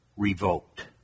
revoked